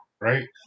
right